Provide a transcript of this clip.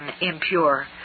impure